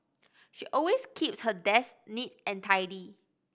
she always keeps her desk neat and tidy